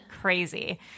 Crazy